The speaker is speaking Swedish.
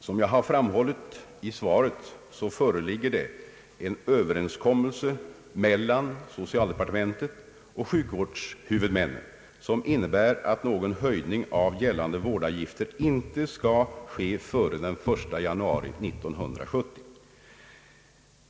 Som jag har framhållit i svaret föreligger det en överenskommelse mellan socialdepartementet och sjukvårdshuvudmännen, vilken innebär att någon höjning av gällande vårdavgifter inte skall ske före den 1 januari 1970.